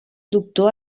doctor